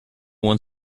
one